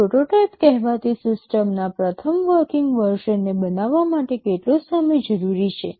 prototype કહેવાતી સિસ્ટમના પ્રથમ વર્કિંગ વર્ઝનને બનાવવા માટે કેટલો સમય જરૂરી છે